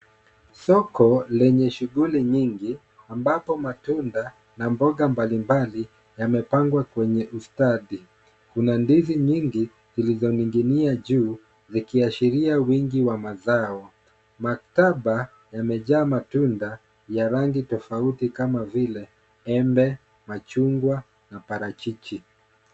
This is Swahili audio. Soko lenye shuguli nyingi ambapo matunda na mboga mbalimbali yamepangwa kwenye ustadi, kuna ndizi nyingi zilizoning'inia juu zikihashiria wingi wa mazao. Maktaba yamejaa matunda. Ya rangi tofauti kama vile embe, machungwa, na parachichi.